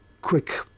Quick